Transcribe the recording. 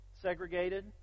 segregated